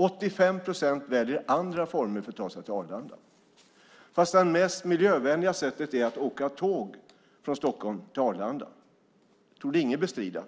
85 procent väljer andra former för att ta sig till Arlanda, fast det mest miljövänliga sättet är att åka tåg från Stockholm till Arlanda - det torde ingen bestrida.